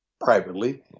privately